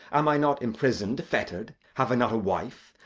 am i not imprisoned, fettered? have i not a wife?